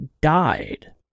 died